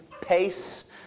pace